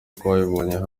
twabibonye